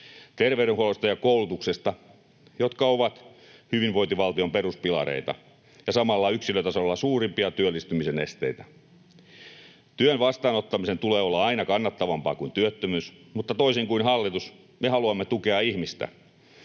terveydenhuollosta ja koulutuksesta, jotka ovat hyvinvointivaltion peruspilareita ja samalla yksilötasolla suurimpia työllistymisen tekijöitä. Työn vastaanottamisen tulee olla aina kannattavampaa kuin työttömyys, mutta toisin kuin hallitus, me haluamme tukea ihmistä